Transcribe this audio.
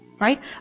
Right